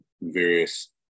various